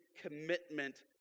commitment